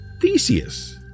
Theseus